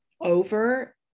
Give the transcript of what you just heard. over